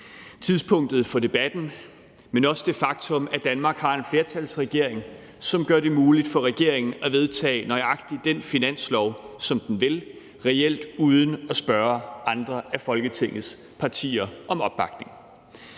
tidspunktet for debatten, men også det faktum, at Danmark har en flertalsregering, hvilket gør det muligt for regeringen at vedtage nøjagtig den finanslov, som den vil, reelt uden at spørge andre af Folketingets partier om opbakning.